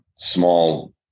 small